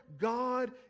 God